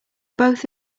both